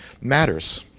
matters